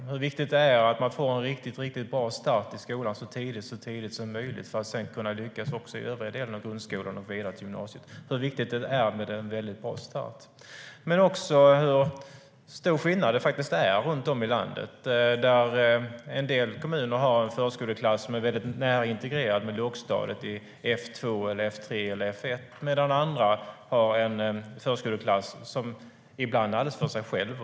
Det är viktigt att man får en riktigt bra start i skolan så tidigt som möjligt för att man sedan ska kunna lyckas också i den övriga delen av grundskolan och gå vidare till gymnasiet. Det är stor skillnad runt om i landet. En del kommuner har en förskoleklass som är nära integrerad med lågstadiet i F2, F3 eller F1, medan andra har en förskoleklass som ibland är alldeles för sig själv.